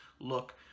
look